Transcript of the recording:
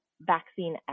vaccine